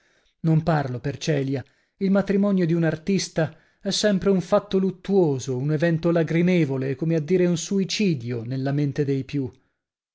non parlo per celia il matrimonio di un artista è sempre un fatto luttuoso un evento lagrimevole come a dire un suicidio nella mente dei più